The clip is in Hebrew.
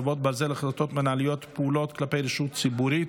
חרבות ברזל) (החלטות מינהליות ופעולות כלפי רשות ציבורית,